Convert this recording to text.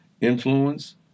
influence